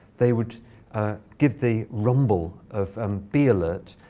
they would give the rumble of um bee alert,